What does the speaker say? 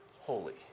Holy